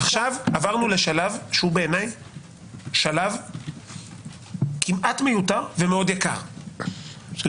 עכשיו עברנו לשלב שהוא בעיני שלב כמעט מיותר ומאוד יקר ולמה?